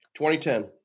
2010